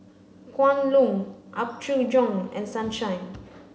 Kwan Loong Apgujeong and Sunshine